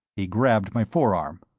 he grabbed my forearm.